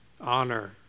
Honor